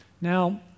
Now